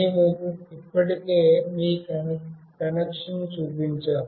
మేము ఇప్పటికే మీకు కనెక్షన్ చూపించాము